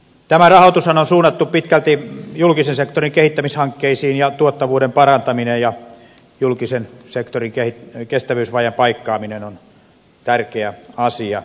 tämä rahoitushan on suunnattu pitkälti julkisen sektorin kehittämishankkeisiin ja tuottavuuden parantaminen ja julkisen sektorin kestävyysvajeen paikkaaminen on tärkeä asia